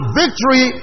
victory